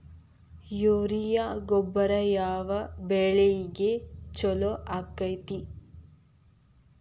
Urea ಗೊಬ್ಬರ ಯಾವ ಬೆಳಿಗೆ ಛಲೋ ಆಕ್ಕೆತಿ?